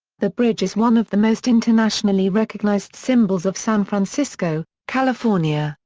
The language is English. the bridge is one of the most internationally recognized symbols of san francisco, california,